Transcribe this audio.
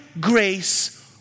grace